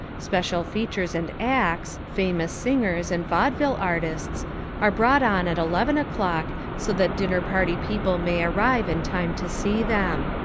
special features and acts famous singers and vaudeville artists are brought on at eleven o'clock so that dinner-party people may arrive in time to see them.